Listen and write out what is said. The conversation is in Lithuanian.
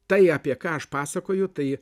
tai apie ką aš pasakoju tai